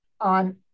on